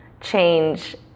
change